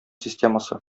системасы